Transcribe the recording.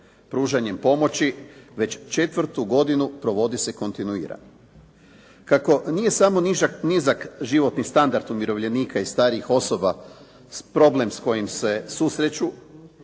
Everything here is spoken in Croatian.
pružanjem pomoći već četvrtu godinu provodi se kontinuirano. Kako nije samo nizak životni standard umirovljenika i starijih osoba problem s kojim se susreću